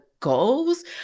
Goals